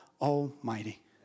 Almighty